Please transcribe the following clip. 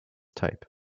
type